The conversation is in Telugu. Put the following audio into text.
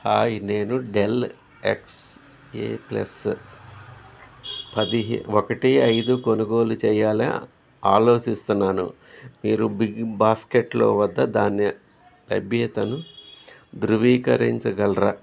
హాయ్ నేను డెల్ ఎక్స్పీఎస్ పదిహేను ఒకటి ఐదు కొనుగోలు చేయాలని ఆలోచిస్తున్నాను మీరు బిగ్ బాస్కెట్ వద్ద దాని లభ్యతను ధృవీకరించగలరా